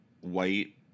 white